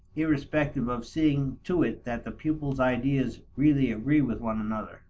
irrespective of seeing to it that the pupil's ideas really agree with one another.